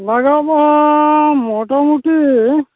ᱞᱟᱜᱟᱣ ᱫᱚᱦᱟᱸᱜ ᱢᱚᱴᱟᱢᱩᱴᱤ